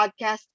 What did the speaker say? podcast